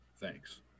Thanks